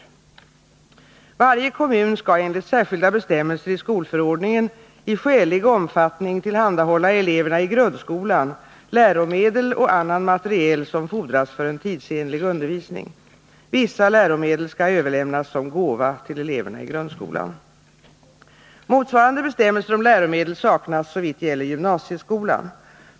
Varje kommun skall enligt särskilda bestämmelser i skolförordningen i skälig omfattning tillhandahålla eleverna i grundskolan läromedel och annan materiel som fordras för en tidsenlig undervisning. Vissa läromedel skall överlämnas som gåva till eleverna i grundskolan. Motsvarande bestämmelser om läromedel saknas såvitt gäller gymnasie skolan.